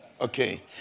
Okay